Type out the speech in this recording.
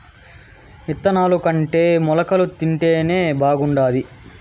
ఇత్తనాలుకంటే మొలకలు తింటేనే బాగుండాది